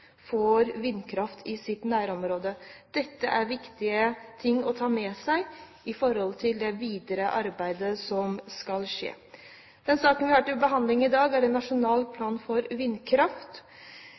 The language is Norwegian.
får vindkraft i sitt nærområde. Dette er viktige ting å ta med seg i det videre arbeidet som skal skje. Den saken vi har til behandling i dag, er en nasjonal